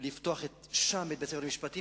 לפתוח שם בית-ספר למשפטים.